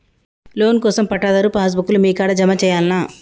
Loan కోసం పట్టాదారు passbook లు మీ కాడా జమ చేయల్నా?